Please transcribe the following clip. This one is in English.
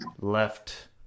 left